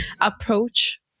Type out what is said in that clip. approach